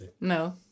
No